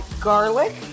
garlic